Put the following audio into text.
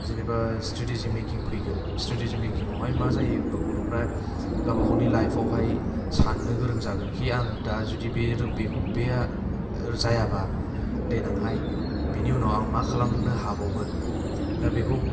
जेनेबा strategy making फैगोन strategy मेकिंआवहाय मा जायो होनबा गथ'फ्रा गावबा गावनि लाइफावहाय सान्नो गोरों जागोनखि आं दा जुदि बेखौ बे आर जायाबा देनांहाय बेनि उनाव आं मा खालामनो हाबावगोन दा बेखौ